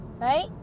right